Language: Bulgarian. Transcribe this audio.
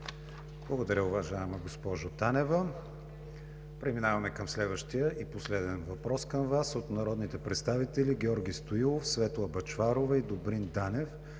Благодаря, уважаема госпожо Танева. Преминаваме към следващия и последен въпрос към Вас от народните представители Георги Стоилов, Светла Бъчварова и Добрин Данев